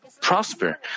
prosper